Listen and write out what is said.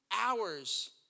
hours